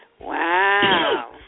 Wow